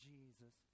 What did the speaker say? Jesus